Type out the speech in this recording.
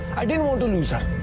i didn't want to lose her